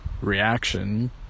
reaction